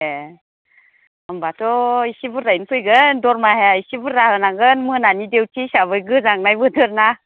ए' होम्बाथ' एसे बुरजायैनो फैगोन दरमाहाया एसे बुरजा होनांगोन मोनानि देउटि हिसाबै गोजांनाय बोथोरना